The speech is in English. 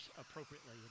appropriately